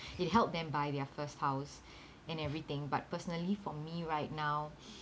it helped them buy their first house and everything but personally for me right now